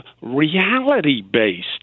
reality-based